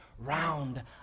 Round